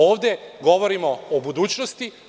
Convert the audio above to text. Ovde govorimo o budućnosti.